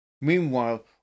Meanwhile